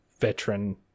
veteran